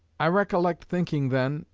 i recollect thinking then,